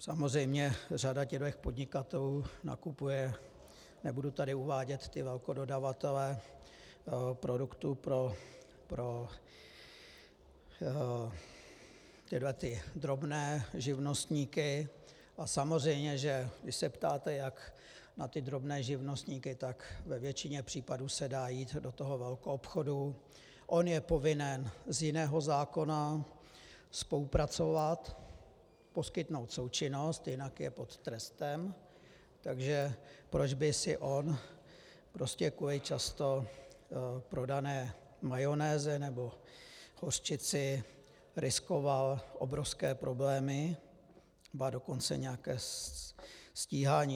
Samozřejmě, řada těchto podnikatelů nakupuje, nebudu tady uvádět ty velkododavatele produktů pro tyhle drobné živnostníky, a samozřejmě když se ptáte, jak na ty drobné živnostníky, tak ve většině případů se dá jít do toho velkoobchodu, on je povinen z jiného zákona spolupracovat, poskytnout součinnost, jinak je pod trestem, takže proč by si on prostě kvůli často prodané majonéze nebo hořčici riskoval obrovské problémy, ba dokonce nějaké stíhání?